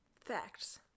Facts